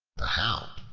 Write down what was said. the hound,